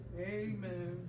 Amen